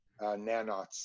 nanots